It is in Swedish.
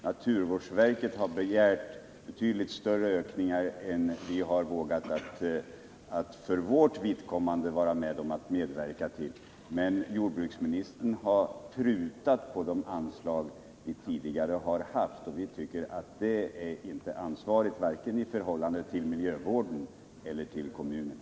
Naturvårdsverket har begärt betydligt större höjningar av bidraget än vad vi för vårt vidkommande har vågat medverka till. Men jordbruksministern har prutat på de tidigare anslagen, och det tycker vi inte är ansvarigt mot kommunerna och ur miljövårdssynpunkt.